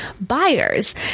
buyers